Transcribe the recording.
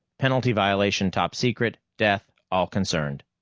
penalty violation topsecret, death all concerned.